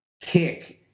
kick